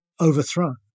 overthrown